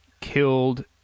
killed